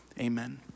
Amen